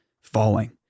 falling